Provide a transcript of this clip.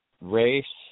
race